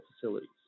facilities